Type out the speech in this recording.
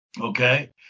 Okay